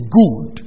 good